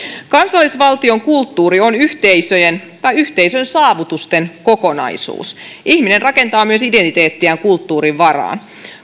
kansallisvaltion kulttuuri on yhteisöjen tai yhteisön saavutusten kokonaisuus ihminen rakentaa myös identiteettiään kulttuurin varaan